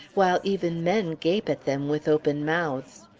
while even men gape at them with open mouths.